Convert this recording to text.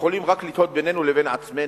יכולים רק לתהות בינינו לבין עצמנו.